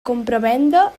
compravenda